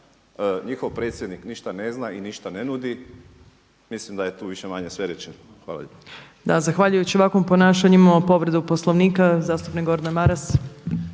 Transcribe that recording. njihov predsjednik ništa ne zna i ništa ne nudi. Mislim da je tu više-manje sve rečeno. Hvala lijepo. **Opačić, Milanka (SDP)** Da, zahvaljujući ovakvom ponašanju imamo povredu Poslovnika. Zastupnik Gordan Maras.